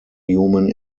human